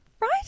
Right